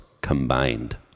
combined